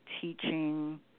teaching